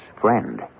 friend